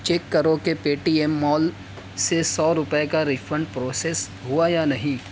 check کرو کہ Paytm mall سے سو روپئے کا ریفنڈ پروسیس ہوا یا نہیں